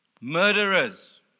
Murderers